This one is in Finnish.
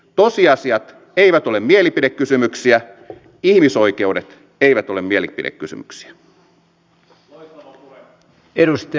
tosiasiat eivät ole mielipidekysymyksiä ihmisoikeudet eivät ole mielipidekysymyksiä